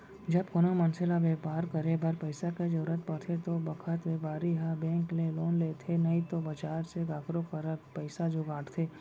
जब कोनों मनसे ल बैपार करे बर पइसा के जरूरत परथे ओ बखत बैपारी ह बेंक ले लोन लेथे नइतो बजार से काकरो करा पइसा जुगाड़थे